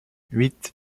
huit